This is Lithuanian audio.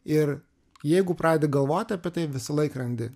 ir jeigu pradedi galvot apie tai visąlaik randi